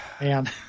Man